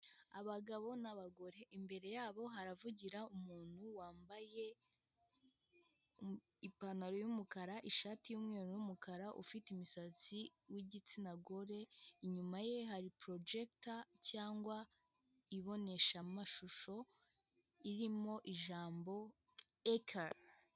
Abagabo n'abagore imbere yabo haravugira umuntu wambaye ipantaro y'umukara, ishati y'umweru n'umukara ufite imisatsi w'igitsina gore, inyuma ye hari ''porojegita'' cyangwa iboneshamashusho irimo ijambo ''ekari''.